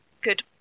good